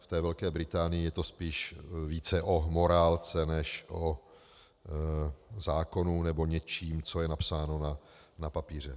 V té Velké Británii je to spíše o morálce než o zákonu nebo něčím, co je napsáno na papíře.